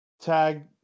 Tag